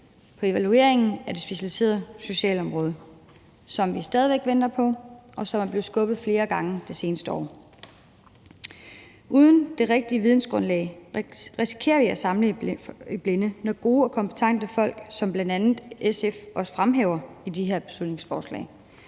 på evalueringen af det specialiserede socialområde, som vi stadig væk venter på, og som er blevet skubbet flere gange det seneste år. Uden det rigtige vidensgrundlag risikerer vi at famle i blinde, og der er gode og kompetente folk, som bl.a. SF også fremhæver i de her beslutningsforslag.